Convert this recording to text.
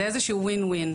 זה איזה שהוא win win,